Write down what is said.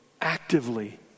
actively